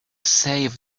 save